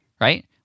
right